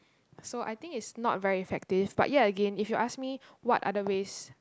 so I think is not very effective but ya again if you ask me what other ways